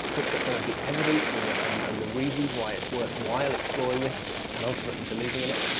talks about some of the evidence and the and and the reasons why it's worthwhile exploring this and ultimately believing in it.